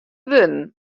wurden